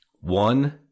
One